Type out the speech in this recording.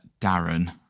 Darren